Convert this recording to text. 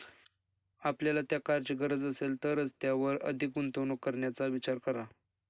आपल्याला त्या कारची गरज असेल तरच त्यावर अधिक गुंतवणूक करण्याचा विचार करा